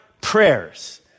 prayers